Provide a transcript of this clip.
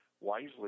wisely